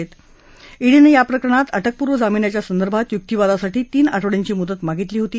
सक्तवसुली संचालनालयानं याप्रकरणात अटकपूर्व जामिनाच्या संदर्भात युक्तीवादासाठी तीन आठवड्यांची मुदत मागितली होती